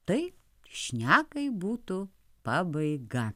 tai šnekai būtų pabaiga